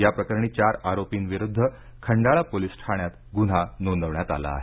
या प्रकरणी चार आरोपींविरुद्ध खंडाळा पोलीस ठाण्यात गुन्हा नोंदवण्यात आला आहे